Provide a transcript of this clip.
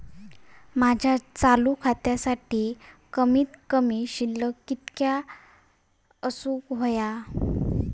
माझ्या चालू खात्यासाठी कमित कमी शिल्लक कितक्या असूक होया?